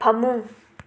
ꯐꯃꯨꯡ